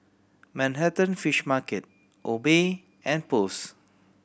Manhattan Fish Market Obey and Post